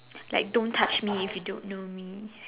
like don't touch me if you don't know me